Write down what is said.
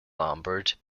lombard